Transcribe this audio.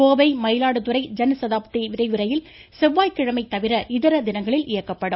கோவை மயிலாடுதுறை இடையே ஜன்சதாப்தி விரைவு ரயில் செவ்வாய் கிழமை தவிர இதர தினங்களில் இயக்கப்படும்